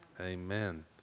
Amen